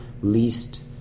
least